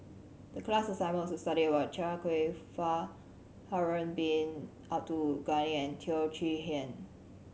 the class assignment was to study about Chia Kwek Fah Harun Bin Abdul Ghani and Teo Chee Hean